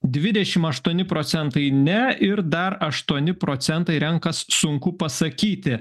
dvidešimt aštuoni procentai ne ir dar aštuoni procentai renkas sunku pasakyti